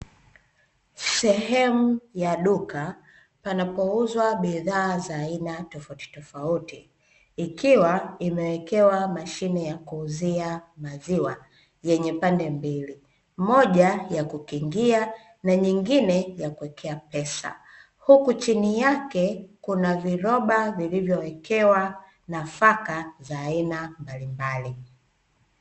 Sehemu ya duka panapouzwa bidhaa za aina tofautitofauti, ikiwa imewekewa mashine ya kuuzia maziwa ,yenye pande mbili moja ya kukingia na nyingine ya kuwekea pesa. Huku chini yake kuna viroba vilivyowekewa nafaka za aina mbalimbali.